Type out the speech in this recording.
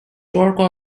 torque